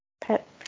Pet